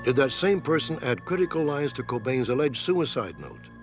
to the same person add critical lines to cobain's alleged suicide note?